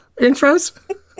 intros